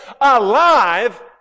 alive